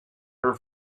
her